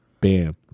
bam